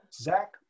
Zach